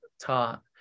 taught